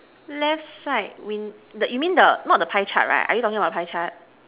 left side win you mean the not the pie chart right are you talking about the pie chart